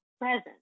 present